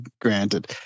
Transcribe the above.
Granted